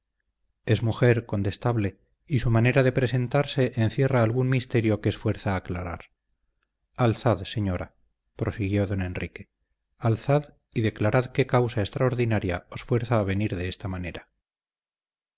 es mujer condestable y su manera de presentarse encierra algún misterio que es fuerza aclarar alzad señora prosiguió don enrique alzad y declarad qué causa extraordinaria os fuerza a venir de esta manera